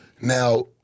now